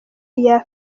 iya